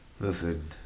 Listen